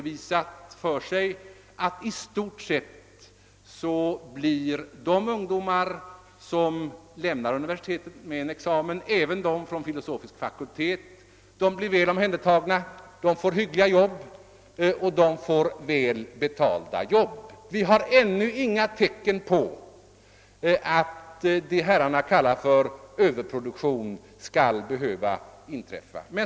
Vi har därigenom återigen fått redovisning av det förhållandet att de ungdomar, som lämnar universiteten med en examen — även från en filosofisk fakultet — i stort sett blir väl omhändertagna. De får hyggliga och väl betalda arbeten. Vi har ännu inga tecken på att den påstådda överproduktionen skall behöva bli verklighet.